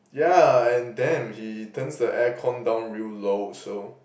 yeah and damn he turns the air con down real low so